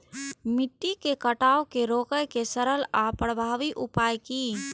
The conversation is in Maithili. मिट्टी के कटाव के रोके के सरल आर प्रभावी उपाय की?